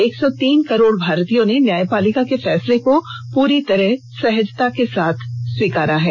एक सौ तीन करोड़ भारतीयों ने न्यायपालिका के फैसले को पूरी सजहता के साथ स्वीकारा है